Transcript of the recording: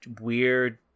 weird